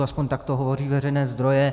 Aspoň takto hovoří veřejné zdroje.